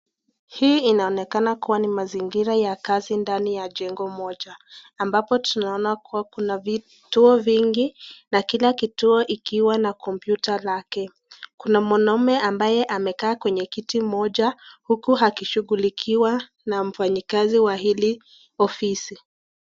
Hii inaoneka kuwa ni mazingira ya kazi ndani ya jengo moja ambapo tunaona kuwa kuna vitu vingi na kila kituo ikiwa na kompyuta lake. Kuna mwanaume ambaye amekaa kwenye kiti moja huku akishughulikwa na mfanyakazi wa hili ofisi.